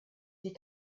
die